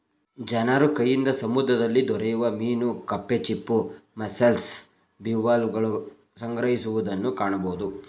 ಜನರು ಕೈಯಿಂದ ಸಮುದ್ರದಲ್ಲಿ ದೊರೆಯುವ ಮೀನು ಕಪ್ಪೆ ಚಿಪ್ಪು, ಮಸ್ಸೆಲ್ಸ್, ಬಿವಾಲ್ವಗಳನ್ನು ಸಂಗ್ರಹಿಸುವುದನ್ನು ಕಾಣಬೋದು